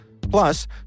Plus